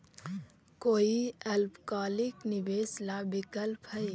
कोई अल्पकालिक निवेश ला विकल्प हई?